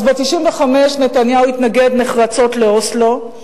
אז, ב-1995, נתניהו התנגד נחרצות לאוסלו.